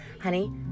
Honey